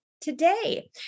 today